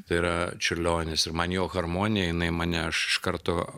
tai yra čiurlionis ir man jo harmonija jinai mane aš iš karto